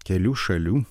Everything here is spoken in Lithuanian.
kelių šalių